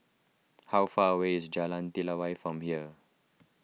how far away is Jalan Telawi from here